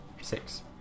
Six